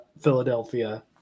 Philadelphia